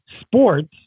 sports